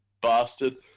bastard